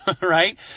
right